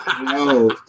No